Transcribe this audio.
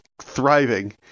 thriving